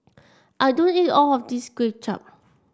I do eat all of this Kway Chap